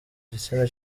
gitsina